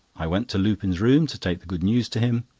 i went to lupin's room to take the good news to him,